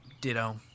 Ditto